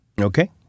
Okay